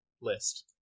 list